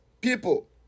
People